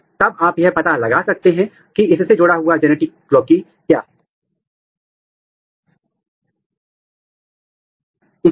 इसमें विभिन्न विकासात्मक चरणों में अलग अलग फ्लोरल्स होते हैं और यह ऊपरी पैनल यदि आप देखते हैं कि उन्हें जीन के लिए एंटीसेंस RNA जांच के साथ लेबल किया गया है जिसे MADS1 कहा जाता है लेकिन यह रेडियो लेबल जांच है